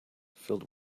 filled